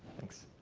thanks.